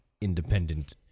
independent